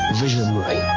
visionary